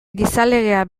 gizalegea